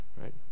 right